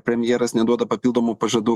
premjeras neduoda papildomų pažadų